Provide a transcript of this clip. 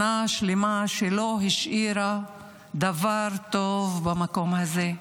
שנה שלמה שלא השאירה דבר טוב במקום הזה,